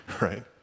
Right